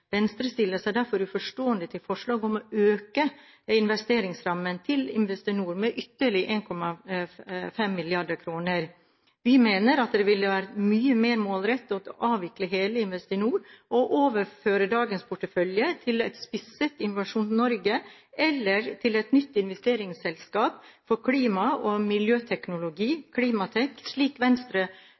Venstre stiller seg derfor uforstående til forslaget om å øke investeringsrammen til Investinor med ytterligere 1,5 mrd. kr. Vi mener at det ville vært mye mer målrettet å avvikle hele Investinor og overføre dagens portefølje til et spisset Innovasjon Norge eller til et nytt investeringsselskap for klima- og miljøteknologi, Klimatek, slik Venstre